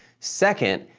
second,